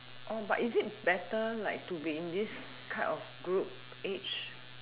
oh but is it better like to be in this cut of group age